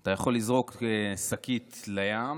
אתה יכול לזרוק שקית לים,